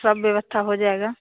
सब व्यवस्था हो जाएगा